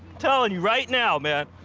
telling you right now, man.